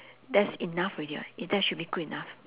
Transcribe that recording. that's enough already [what] it that should be good enough